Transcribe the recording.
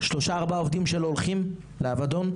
שלושה-ארבעה עובדים שלו הולכים לאבדון,